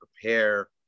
prepare